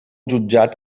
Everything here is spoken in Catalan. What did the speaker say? jutjat